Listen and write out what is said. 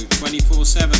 24-7